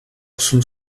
osm